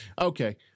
Okay